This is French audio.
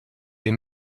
des